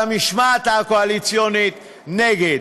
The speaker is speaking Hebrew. אבל המשמעת הקואליציונית: נגד.